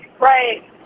right